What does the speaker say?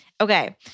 Okay